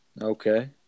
okay